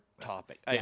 topic